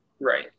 Right